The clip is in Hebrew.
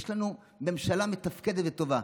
גלית: יש לנו ממשלה מתפקדת וטובה,